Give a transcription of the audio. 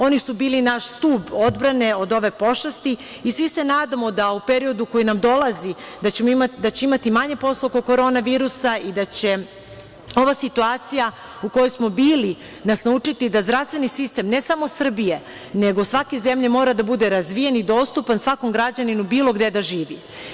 Oni su bili naš stub odbrane od ove pošasti i svi se nadamo da u periodu koji nam dolazi, da će imati manje posla oko korona virusa i da će ova situacija u kojoj smo bili, nas naučiti da zdravstveni sistem ne samo Srbije, nego svake zemlje mora da bude razvijen i dostupan svakom građaninu bilo gde da živi.